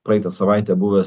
praeitą savaitę buvęs